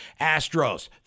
Astros